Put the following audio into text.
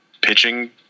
pitching